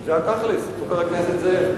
זה התכל'ס, חבר הכנסת זאב.